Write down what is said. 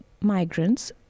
migrants